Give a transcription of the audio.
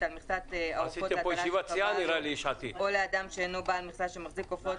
על מכסת העופות להטלה שקבעה לו או לאדם שאינו בעל מכסה שמחזיק עופות